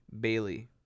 Bailey